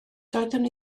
doeddwn